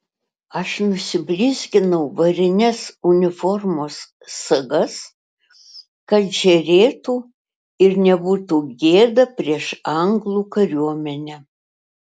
aš nusiblizginau varines uniformos sagas kad žėrėtų ir nebūtų gėda prieš anglų kariuomenę